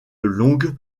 longue